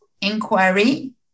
inquiry